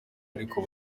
ariko